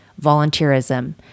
volunteerism